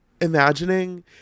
imagining